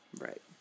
Right